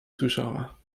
słyszała